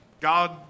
God